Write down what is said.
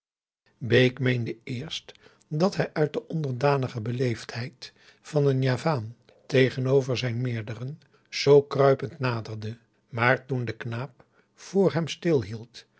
bake meende eerst dat hij uit de onderdanige beleefdheid van een javaan tegenover zijn meerderen zoo kruipend naderde maar toen de knaap vor hem